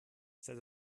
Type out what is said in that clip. seid